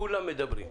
כולם מדברים.